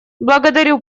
благодарю